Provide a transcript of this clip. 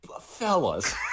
fellas